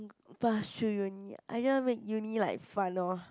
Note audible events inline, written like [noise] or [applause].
[noise] pass through uni I just want make uni like fun lor